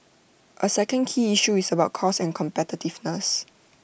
A second key issue is about cost and competitiveness